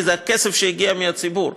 כי זה כסף שמגיע מהציבור,